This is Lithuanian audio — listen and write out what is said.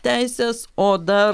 teisės o dar